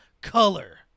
color